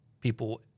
people